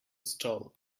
stall